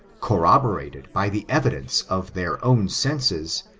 corroborated by the evidence of their own senses,